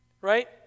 right